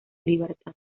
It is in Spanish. libertad